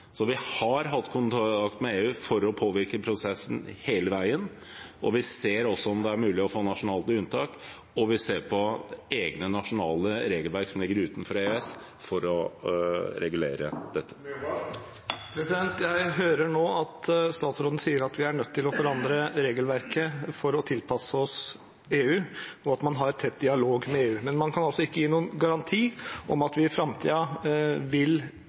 Så vi har hatt kontakt med EU for å påvirke prosessen hele veien, vi ser også om det er mulig å få nasjonale unntak, og vi ser på egne nasjonale regelverk som ligger utenfor EØS, for å regulere dette. Jeg hører at statsråden sier vi er nødt til å forandre regelverket for å tilpasse oss EU, og at man har tett dialog med EU, men man kan altså ikke gi noen garanti om at vi i framtiden ikke vil